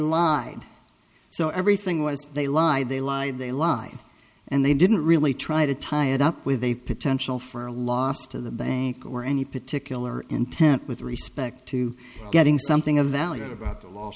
lied so everything was they lied they lied they lied and they didn't really try to tie it up with a potential for a loss to the bank or any particular intent with respect to getting something of value at about the la